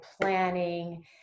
planning